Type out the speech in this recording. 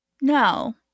no